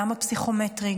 גם בפסיכומטרי,